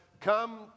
come